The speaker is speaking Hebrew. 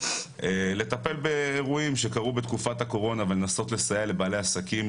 לטפל באירועים שקרו בתקופת הקורונה ולנסות לסייע לבעלי עסקים,